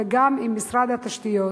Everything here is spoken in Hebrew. וגם עם משרד התשתיות,